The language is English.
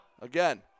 Again